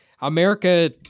America